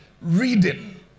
reading